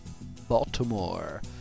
Baltimore